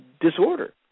disorder